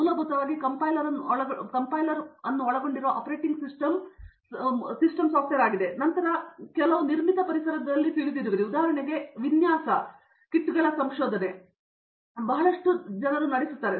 ಮೂಲಭೂತವಾಗಿ ಕಂಪೈಲರ್ ಅನ್ನು ಒಳಗೊಂಡಿರುವ ಆಪರೇಟಿಂಗ್ ಸಿಸ್ಟಮ್ ಅನ್ನು ಒಳಗೊಂಡಿರುತ್ತದೆ ಮತ್ತು ನಂತರ ನೀವು ಕೆಲವು ನಿರ್ಮಿತ ಪರಿಸರದಲ್ಲಿ ತಿಳಿದಿರುವಿರಿ ಉದಾಹರಣೆಗೆ ನಾವು ಕರೆಯುವ ಕೆಲವು ವಿನ್ಯಾಸ ಕಿಟ್ಗಳ ಸಂಶೋಧನೆ ಬಹಳಷ್ಟು ನಾವು ನಡೆಸಿದ್ದೇವೆ